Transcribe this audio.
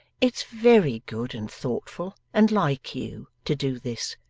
it's very good and thoughtful, and like you, to do this,